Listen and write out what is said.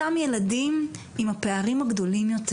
אותם ילדים עם הפערים הגדולים יותר.